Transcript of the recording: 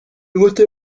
gute